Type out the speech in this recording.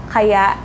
Kaya